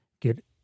get